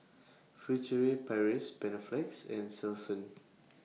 Furtere Paris Panaflex and Selsun